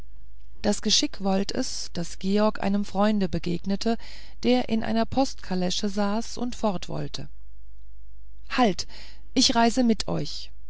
das geschick wollt es daß georg einem freunde begegnete der in einer postkalesche saß und fort wollte halt ich reise mit euch